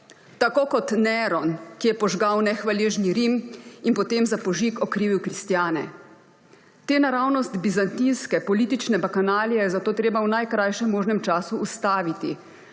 Tako kot Neron, ki je požgal nehvaležni Rim in potem za požig okrivil kristjane. Te naravnost bizantinske politične bakanalije je zato treba v najkrajšem možnem času ustaviti,